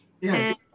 Yes